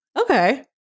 okay